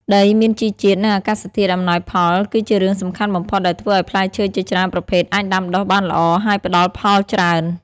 ដីមានជីជាតិ និងអាកាសធាតុអំណោយផលគឺជារឿងសំខាន់បំផុតដែលធ្វើឱ្យផ្លែឈើជាច្រើនប្រភេទអាចដាំដុះបានល្អ ហើយផ្តល់ផលច្រើន។